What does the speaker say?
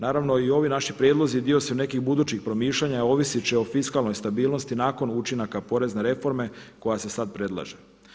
Naravno i ovi naši prijedlozi dio su nekih budućih promišljanja, ovisit će o fiskalnoj stabilnosti nakon učinaka porezne reforme koja se sad predlaže.